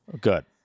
Good